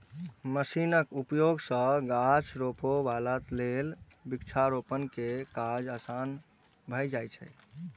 मशीनक उपयोग सं गाछ रोपै बला लेल वृक्षारोपण के काज आसान भए जाइ छै